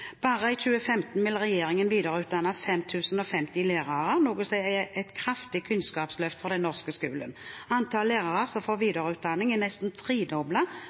Bare i 2015 vil regjeringen videreutdanne 5 050 lærere, noe som er et kraftig kunnskapsløft for den norske skolen. Antall lærere som får videreutdanning, er nesten tredoblet